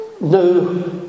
no